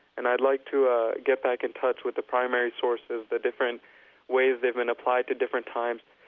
and i'd like to ah get back in touch with the primary sources, the different ways they've been applied to different times.